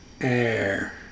Air